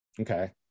Okay